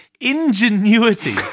ingenuity